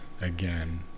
again